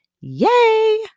yay